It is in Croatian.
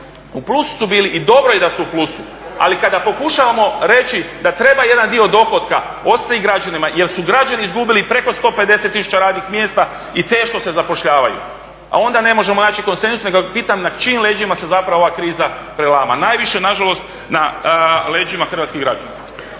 milijardu kuna i dobro je da su u plusu, ali kada pokušavamo reći da treba jedan dio dohotka ostaviti građanima jer su građani izgubili preko 150 tisuća radnih mjesta i teško se zapošljavaju, a onda ne možemo naći konsenzus nego pitam na čijim leđima se zapravo ova kriza prelama? Najviše, nažalost, na leđima hrvatskih građana.